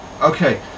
okay